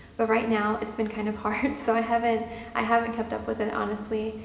but right now it's been kind of hard so i haven't i haven't kept up with it honestly.